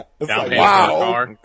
wow